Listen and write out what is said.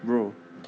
bro